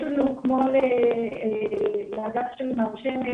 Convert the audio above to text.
יש לנו כמו לאגף של מר שמש,